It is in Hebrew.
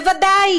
בוודאי